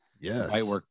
Yes